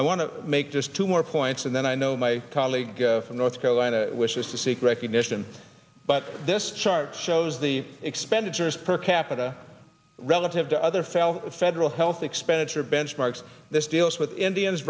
to make just two more points and then i know my colleague from north carolina wishes to seek recognition but this chart shows the expenditures per capita relative to other failed federal health expenditure benchmarks this deals with indians